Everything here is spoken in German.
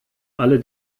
alle